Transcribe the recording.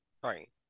Sorry